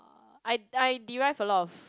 I I derive a lot of